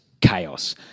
chaos